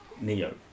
Neo